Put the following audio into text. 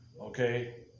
Okay